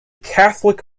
catholic